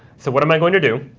so what am i going to do?